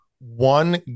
one